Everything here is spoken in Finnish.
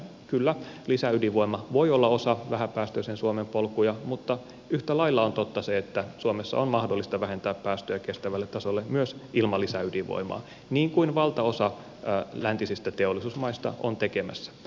kyllä lisäydinvoima voi olla osa vähäpäästöisen suomen polkuja mutta yhtä lailla on totta se että suomessa on mahdollista vähentää päästöjä kestävälle tasolle myös ilman lisäydinvoimaa niin kuin valtaosa läntisistä teollisuusmaista on tekemässä